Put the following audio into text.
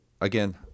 again